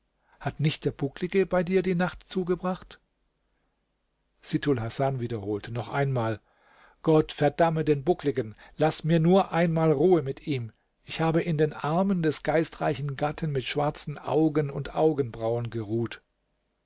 hat nicht der bucklige bei dir die nacht zugebracht sittulhasan wiederholte noch einmal gott verdamme den buckligen lasse mir nur einmal ruhe mit ihm ich habe in den armen des geistreichen gatten mit schwarzen augen und augenbrauen geruht